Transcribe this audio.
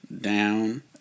down